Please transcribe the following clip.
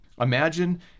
Imagine